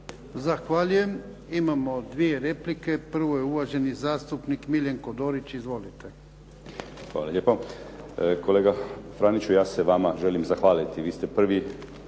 Zahvaljujem. Imamo dvije replike, prvi je uvaženi zastupnik Miljenko Dorić. Izvolite. **Dorić, Miljenko (HNS)** Hvala lijepo. Kolega Franiću ja se vama želim zahvaliti vi ste prvi